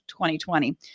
2020